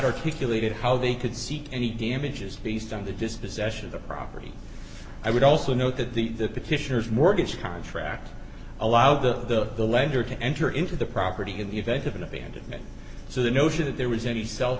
articulated how they could seek any damages based on the dispossession of the property i would also note that the petitioners mortgage contract allow the the lender to enter into the property in the event of an abandonment so the notion that there was any self